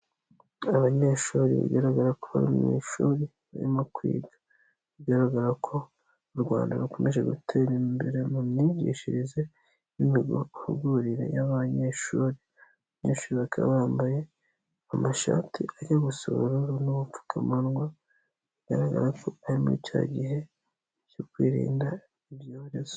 Abanyeshuri bigaragara ko bari mu ishuri barimo kwiga, bigaragara ko u Rwanda rukomeje gutera imbere mu myigishirize n'imihugurire y'abanyeshuri, abanyeshuri bakaba bambaye amashati ajya gusa ubururu n'ubupfukamunwa, bigaragara ko ari muri cya gihe cyo kwirinda ibyorezo.